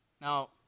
Now